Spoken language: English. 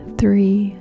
three